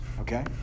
okay